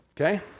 Okay